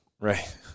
Right